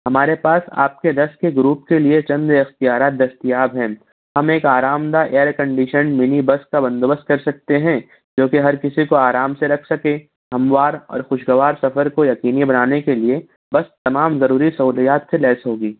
ہمارے پاس آپ کے دس کے گروپ کے لیے چند اختیارات دستیباب ہیں ہم ایک آرام دہ ایئر کںڈیشن منی بس کا بندو بست کرسکتے ہیں جو کہ ہر کسی کو آرام سے رکھ سکے ہموار اور خوشگوار سفر کو یقینی بنانے کے لیے بس تمام ضروری سہولیات سے لیس ہوگی